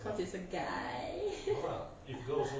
cause he's a guy